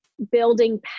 building